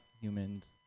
humans